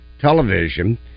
television